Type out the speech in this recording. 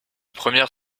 première